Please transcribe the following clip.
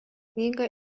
knygą